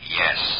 yes